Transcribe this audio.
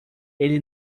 ele